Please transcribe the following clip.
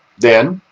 then,